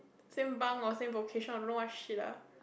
same bang or same vocation I don't know what shit lah